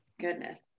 goodness